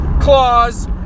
claws